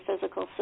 physical